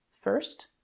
first